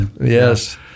Yes